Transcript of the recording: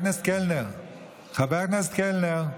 חבר הכנסת קלנר,